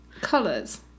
colors